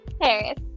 Harris